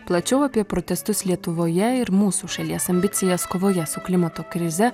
plačiau apie protestus lietuvoje ir mūsų šalies ambicijas kovoje su klimato krize